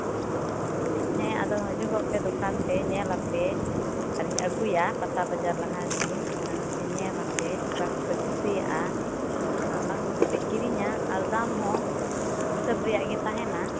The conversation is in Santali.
ᱦᱮᱸ ᱟᱫᱚ ᱦᱟᱹᱡᱩᱜᱚᱜ ᱯᱮ ᱫᱚᱠᱟᱱ ᱛᱮ ᱧᱮᱞᱟᱯᱮ ᱟᱨᱤᱧ ᱟᱹᱜᱩᱭᱟ ᱯᱟᱛᱟ ᱵᱟᱡᱟᱨ ᱞᱟᱦᱟ ᱨᱮᱜᱮ ᱟᱫᱚᱯᱮ ᱧᱮᱞᱟᱯᱮ ᱚᱠᱟ ᱠᱚᱯᱮ ᱠᱩᱥᱤᱭᱟᱜᱼᱟ ᱟᱨ ᱚᱱᱟ ᱠᱚᱜᱮ ᱯᱮ ᱠᱤᱨᱤᱧᱟ ᱟᱨ ᱫᱟᱢ ᱦᱚᱸ ᱦᱤᱥᱟᱹᱵ ᱨᱮᱭᱟᱜ ᱜᱮ ᱛᱟᱦᱮᱱᱟ